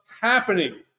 happening